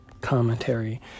commentary